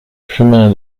chemin